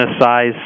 size